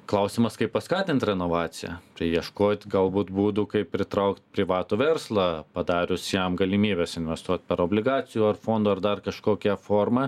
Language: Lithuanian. klausimas kaip paskatint renovaciją tai ieškot galbūt būdų kaip pritraukt privatų verslą padarius jam galimybes investuot per obligacijų ar fondo ir dar kažkokia forma